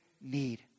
need